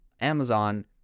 Amazon